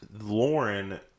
Lauren